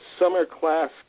summer-class